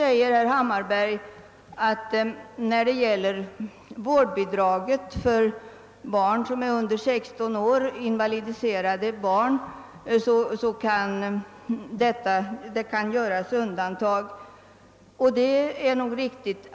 Herr Hammarberg säger att det kan göras undantag vad beträffar vårdbidrag till invalidiserade barn som är under 16 år. Det är nog riktigt.